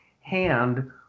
hand